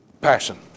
Passion